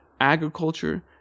agriculture